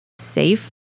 safe